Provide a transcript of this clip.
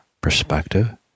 perspective